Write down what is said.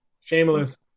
Shameless